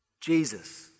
Jesus